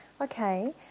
Okay